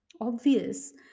obvious